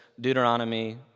Deuteronomy